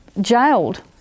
jailed